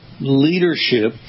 leadership